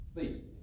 feet